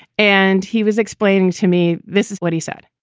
and he was explaining to me, this is what he said.